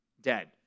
dead